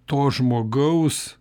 to žmogaus